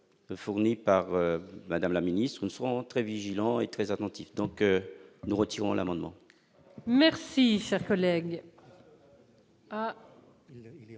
fournies par Madame la Ministre, seront très vigilants et très attentif, donc nous retirons l'amendement. Merci, cher collègue.